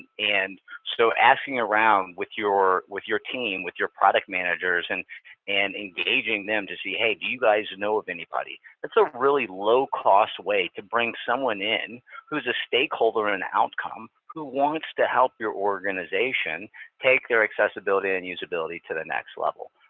and so asking around with your with your team, with your product managers, and and engaging them to see, hey, do you guys know of anybody? that's a really low-cost way to bring someone in who's a stakeholder in an outcome who wants to help your organization take their accessibility and usability to the next level.